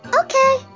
okay